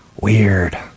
Weird